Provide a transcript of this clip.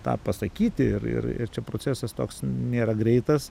tą pasakyti ir ir ir čia procesas toks nėra greitas